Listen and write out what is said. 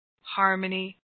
harmony